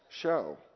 show